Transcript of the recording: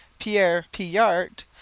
pierre pijart,